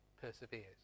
perseveres